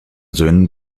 söhnen